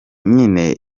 nyine